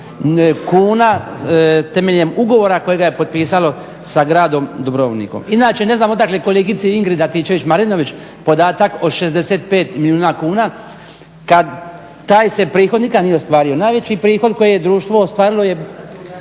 kuna, temeljem ugovora kojega je potpisalo sa gradom Dubrovnikom? Inače ne znam odakle kolegici Ingrid Antičević-Marinović podatak o 65 milijuna kuna kad taj se prihod nikad nije ostvario. Najveći prihod koji je društvo ostvarilo je